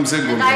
גם זה גולדה.